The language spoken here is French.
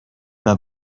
pas